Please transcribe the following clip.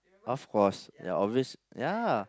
of course ya obvious ya